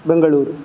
Bengaluru